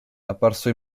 apparso